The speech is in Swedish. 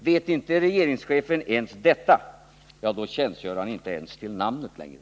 Vet inte regeringschefen ens detta, då tjänstgör han inte ens till namnet längre.